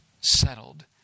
settled